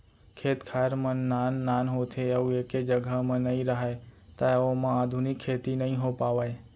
खेत खार मन नान नान होथे अउ एके जघा म नइ राहय त ओमा आधुनिक खेती नइ हो पावय